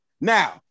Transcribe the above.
Now